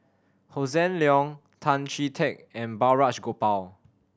Hossan Leong Tan Chee Teck and Balraj Gopal